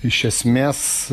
iš esmės